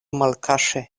malkaŝe